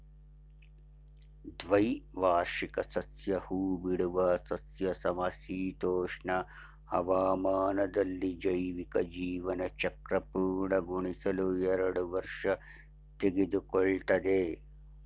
ದ್ವೈವಾರ್ಷಿಕ ಸಸ್ಯ ಹೂಬಿಡುವ ಸಸ್ಯ ಸಮಶೀತೋಷ್ಣ ಹವಾಮಾನದಲ್ಲಿ ಜೈವಿಕ ಜೀವನಚಕ್ರ ಪೂರ್ಣಗೊಳಿಸಲು ಎರಡು ವರ್ಷ ತೆಗೆದುಕೊಳ್ತದೆ